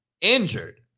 injured